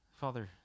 Father